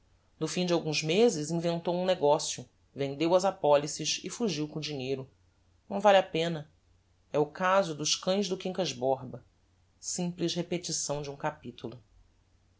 no fim de alguns mezes inventou um negocio vendeu as apolices e fugiu com o dinheiro não vale a pena é o caso dos cães do quincas borba simples repetição de um capitulo